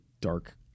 dark